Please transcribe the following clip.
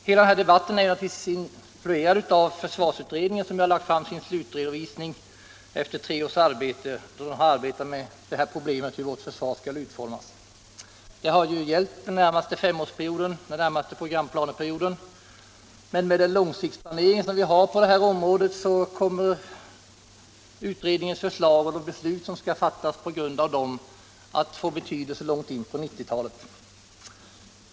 Hela den här debatten är naturligtvis influerad av försvarsutredningen, som nu har lagt fram sin slutredovisning efter tre års arbete med frågan om hur vårt försvar skall utformas. Förslaget har gällt den närmaste programplaneperioden, den närmaste femårsperioden, men med den långsiktsplanering vi har på detta område kommer utredningens förslag och de beslut som skall fattas på grundval av dem att få betydelse långt in på 1980-talet.